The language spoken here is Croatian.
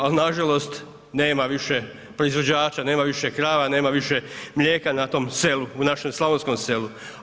Ali na žalost nema više proizvođača, nema više krava, nema više mlijeka na tom selu u našem slavonskom selu.